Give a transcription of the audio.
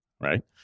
right